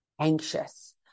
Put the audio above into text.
anxious